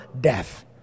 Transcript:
death